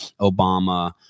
Obama